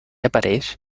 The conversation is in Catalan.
apareix